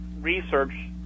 research